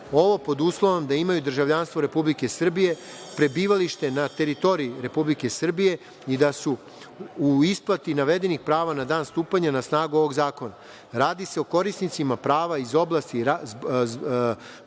Ovo pod uslovom da imaju državljanstvo Republike Srbije, prebivališta na teritoriji Republike Srbije i da su u isplati navedenih prava na dan stupanju na snagu ovog zakona. Radi se o korisnicima prava iz oblasti